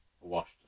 washed